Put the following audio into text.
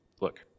look